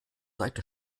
seite